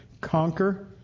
conquer